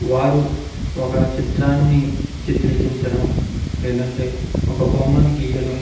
వారు ఒక చిత్రాన్ని చిత్రికించడం లేదంటే ఒక బొమ్మను గీయడం